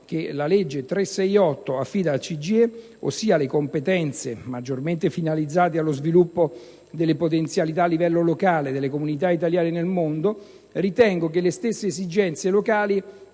che la legge n. 368 del 1989 affida al CGIE, ossia le competenze maggiormente finalizzate allo sviluppo delle potenzialità a livello locale delle comunità italiane nel mondo, ritengo, che le stesse esigenze locali